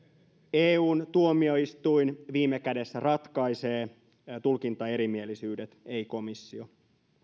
eun tuomioistuin viime kädessä ratkaisee tulkintaerimielisyydet ei komissio